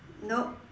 nope